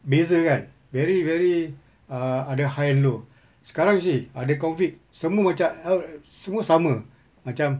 beza kan very very err ada high and low sekarang you see ada COVID semua macam semua sama macam